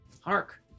Hark